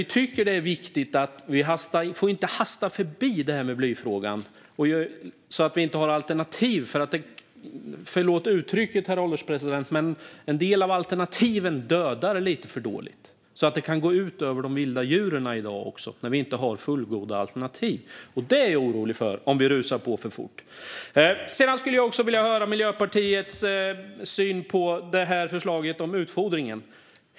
Vi får dock inte hasta förbi blyfrågan så att vi inte har några alternativ. Förlåt uttrycket, herr ålderspresident, men en del av alternativen dödar lite för dåligt. Det kan gå ut över de vilda djuren när vi i dag inte har fullgoda alternativ. Detta är jag orolig för, om vi rusar på för fort. Sedan skulle jag vilja höra Miljöpartiets syn på förslaget om utfodringen.